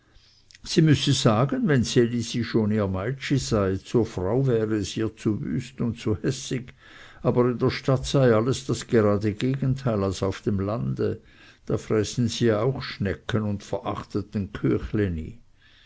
sie müsse sagen wenn ds elisi schon ihr meitschi sei zur frau wäre es ihr zu wüst und zu hässig aber in der stadt sei alles gerade das gegenteil als auf dem lande da fräßen sie ja auch schnecken und verachteten